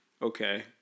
Okay